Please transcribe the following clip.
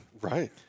right